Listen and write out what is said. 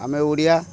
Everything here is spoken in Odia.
ଆମେ ଓଡ଼ିଆ